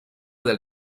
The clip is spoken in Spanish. del